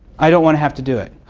i don't want to have to do it.